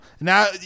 now